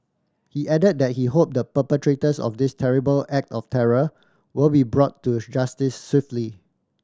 he added that he hope the perpetrators of this terrible act of terror will be brought to justice swiftly